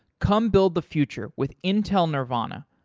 come build the future with intel nervana.